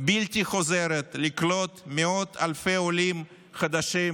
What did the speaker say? בלתי חוזרת לקלוט מאות אלפי עולים חדשים